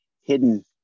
hidden